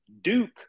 Duke